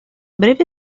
breve